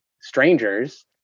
strangers